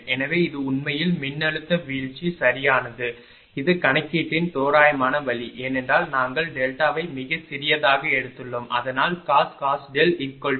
எனவே இது உண்மையில் மின்னழுத்த வீழ்ச்சி சரியானது இது கணக்கீட்டின் தோராயமான வழி ஏனென்றால் நாங்கள் டெல்டாவை மிகச் சிறியதாக எடுத்துள்ளோம் அதனால் cos ≅1